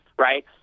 right